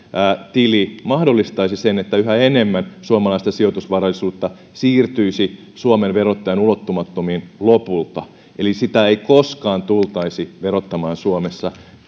mahdollistaisi sen että yhä enemmän suomalaista sijoitusvarallisuutta siirtyisi suomen verottajan ulottumattomiin lopulta eli sitä ei koskaan tultaisi verottamaan suomessa